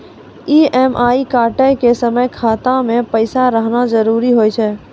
EMI कटै के समय खाता मे पैसा रहना जरुरी होय छै